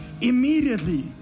Immediately